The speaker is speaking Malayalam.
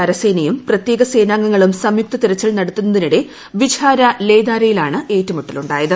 കരസേനയും പ്രത്യേക സേനാംഗങ്ങളും സംയുക്ത തെരച്ചിൽ നടത്തുന്നതിനിടെ വിജ്ഹാര ലേ ദാരയിലാണ് ഏറ്റുമുട്ടലുണ്ടായത്